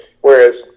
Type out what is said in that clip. whereas